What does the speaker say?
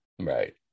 Right